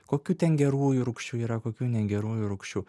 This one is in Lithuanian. kokių ten gerųjų rūgščių yra kokių negerųjų rūgščių